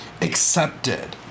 accepted